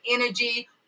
energy